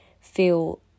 feel